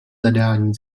zadání